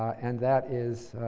and that is